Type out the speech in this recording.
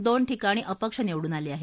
दोन ठिकाणी अपक्ष निवडून आले आहेत